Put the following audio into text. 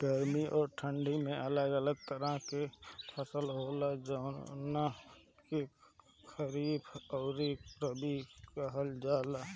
गर्मी अउरी ठंडी में अलग अलग तरह के फसल होला, जवना के खरीफ अउरी रबी कहल जला